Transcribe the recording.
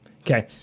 Okay